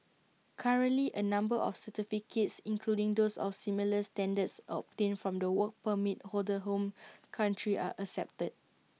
currently A number of certificates including those of similar standards obtained from the Work Permit holder's home country are accepted